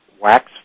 wax